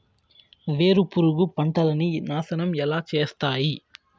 వేరుపురుగు పంటలని నాశనం ఎలా చేస్తాయి?